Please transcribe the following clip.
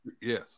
yes